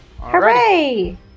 Hooray